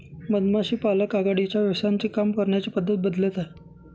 मधमाशी पालक आघाडीच्या व्यवसायांचे काम करण्याची पद्धत बदलत आहे